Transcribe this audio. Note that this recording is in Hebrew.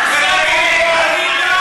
אתם פחדנים, שיושבים פה.